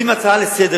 אתה המשיב,